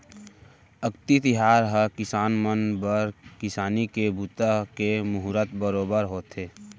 अक्ती तिहार ह किसान मन बर किसानी के बूता के मुहरत बरोबर होथे